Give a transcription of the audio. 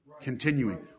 Continuing